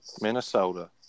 Minnesota